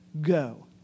go